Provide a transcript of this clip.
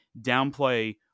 downplay